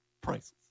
priceless